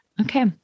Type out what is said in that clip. Okay